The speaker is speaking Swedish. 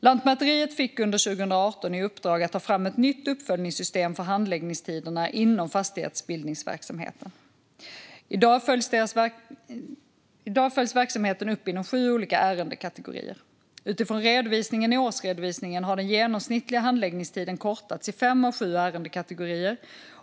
Lantmäteriet fick under 2018 i uppdrag att ta fram ett nytt uppföljningssystem för handläggningstiderna inom fastighetsbildningsverksamheten. I dag följs verksamheten upp inom sju olika ärendekategorier. Utifrån redovisningen i årsredovisningen har den genomsnittliga handläggningstiden kortats i fem av sju ärendekategorier.